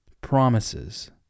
promises